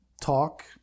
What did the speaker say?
talk